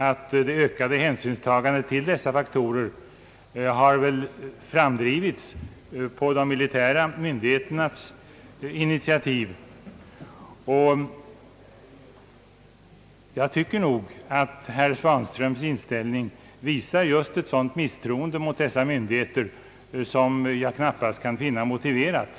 Men det ökade hänsynstagandet till dessa faktorer har främst framdrivits på de militära myndigheternas initiativ. Jag tycker nog att herr Svanströms inställning visar just ett sådant misstroende mot dessa myndigheter som jag knappast kan finna motiverat.